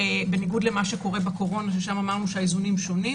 למה שקורה בקורונה שם אמרנו שהאיזונים שונים-